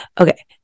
Okay